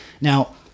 Now